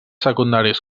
secundaris